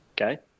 Okay